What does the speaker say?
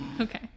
okay